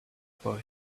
boy